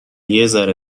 یکذره